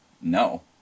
no